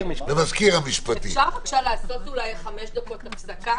אפשר בבקשה לעשות חמש דקות הפסקה?